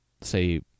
say